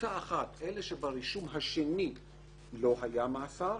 קבוצה אחת אלה שברישום השני לא היה מאסר,